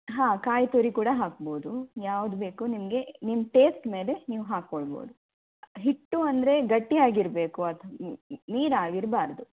ಹಾಂ ಕಾಯಿ ತುರಿ ಕೂಡ ಹಾಕ್ಬೌದು ಯಾವ್ದು ಬೇಕು ನಿಮಗೆ ನಿಮ್ಮ ಟೇಸ್ಟ್ ಮೇಲೆ ನೀವು ಹಾಕ್ಕೊಳ್ಬೌದು ಹಿಟ್ಟು ಅಂದರೆ ಗಟ್ಟಿಯಾಗಿ ಇರಬೇಕು ಅತ ನೀರು ಆಗಿರಬಾರ್ದು